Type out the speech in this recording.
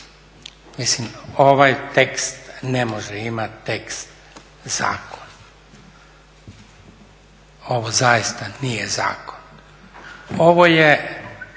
Mislim ovaj tekst ne može imat tekst zakon. Ovo zaista nije zakon. Ovo je